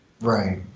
Right